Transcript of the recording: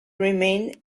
remained